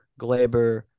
Glaber